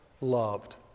loved